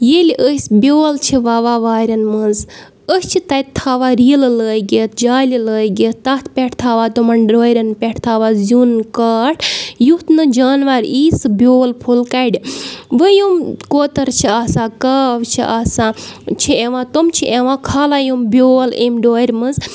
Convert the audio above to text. ییٚلہِ أسۍ بیول چھِ وَوان وارٮ۪ن منٛز أسۍ چھِ تَتہِ تھاوان ریٖلہٕ لٲگِتھ جالہِ لٲگِتھ تَتھ پٮ۪ٹھ تھاوان تِمَن ڈورٮ۪ن پٮ۪ٹھ تھاوان زیُٚن کاٹھ یُتھ نہٕ جاناوار ای سُہ بیول پھوٚل کَڑِ وَ یِم کوتَر چھِ آسان کاو چھِ آسان چھِ یِوان تِم چھِ یِوان کھالا یِم بیول امہِ ڈورِ منٛز